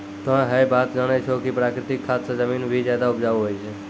तोह है बात जानै छौ कि प्राकृतिक खाद स जमीन भी ज्यादा उपजाऊ होय छै